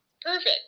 perfect